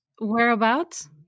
Whereabouts